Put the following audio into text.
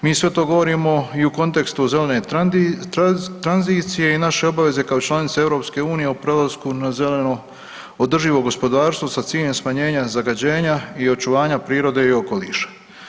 Mi sve to govorimo i u kontekstu zelene tranzicije i naše obaveze kao članice EU u prelasku na zeleno održivo gospodarstvo sa ciljem smanjenja zagađenja i očuvanje prirode i okoliša.